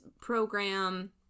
program